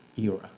era